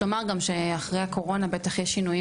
יש לומר גם שאחרי הקורונה בטח יש שינויים